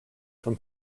from